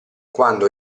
quando